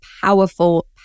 powerful